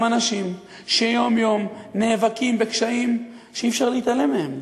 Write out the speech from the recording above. אנשים שיום-יום נאבקים בקשיים שאי-אפשר להתעלם מהם,